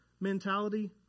mentality